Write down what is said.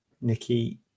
Nikki